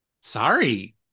sorry